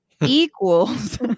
equals